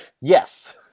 Yes